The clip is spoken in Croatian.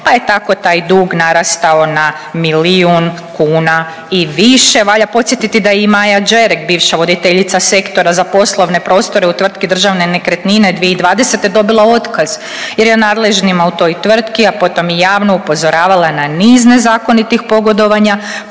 pa je tako taj dug narastao na milijun kuna i više. Valja podsjetiti da je i Maja Đerek bivša voditeljica Sektora za poslovne prostore u tvrtki Državne nekretnine 2020. dobila otkaz jer je nadležnima u toj tvrtki, a potom i javno upozoravala na niz nezakonitih pogodovanja